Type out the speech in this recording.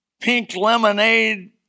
pink-lemonade